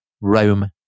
Rome